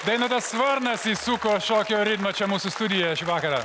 dainotas varnas įsuko šokio ritmą čia mūsų šį vakarą